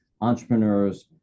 entrepreneurs